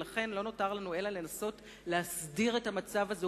ולכן לא נותר לנו אלא לנסות ולהסדיר את המצב הקיים,